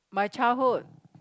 my childhood